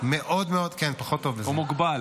מאוד מאוד ------ הוא מוגבל.